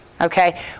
okay